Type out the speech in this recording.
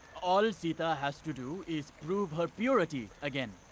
all sita has to do is prove her purity. again.